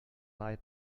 lied